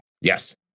Yes